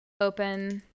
open